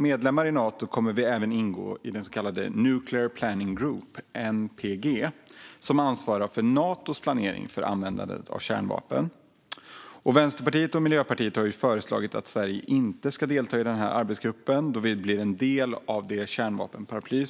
medlem i Nato kommer vi även att ingå i den så kallade Nuclear Planning Group, NPG, som ansvarar för Natos planering för användande av kärnvapen. Vänsterpartiet och Miljöpartiet har föreslagit att Sverige inte ska delta i den arbetsgruppen, då vi blir en del av Natos kärnvapenparaply.